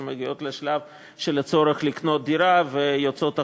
שמגיעות לשלב של הצורך לקנות דירה ויוצאות החוצה.